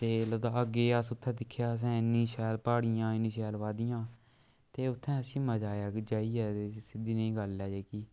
ते लद्दाख गे अस उत्थें दिक्खेआ असें इन्नी शैल प्हाडियां इन्नी शैल बादियां ते उत्थैं असेंगी मजा आया कि जाइयै सिद्धी नेही गल्ल ऐ जेह्की